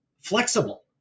flexible